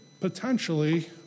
potentially